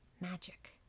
Magic